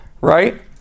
Right